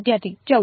વિદ્યાર્થી 14